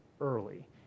early